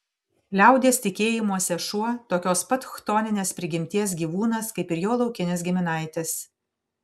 liaudies tikėjimuose šuo tokios pat chtoninės prigimties gyvūnas kaip ir jo laukinis giminaitis